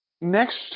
next